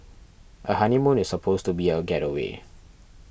a honeymoon is supposed to be a gateway